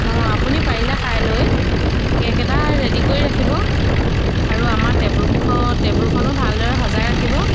অঁ আপুনি পাৰিলে কাইলৈ কে'ক এটা ৰেডি কৰি ৰাখিব আৰু আমাৰ টেবুল কেইখন টেবুলখনো ভালদৰে সজাই ৰাখিব